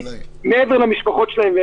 מעבר למשפחות שלהם.